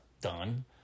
done